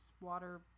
water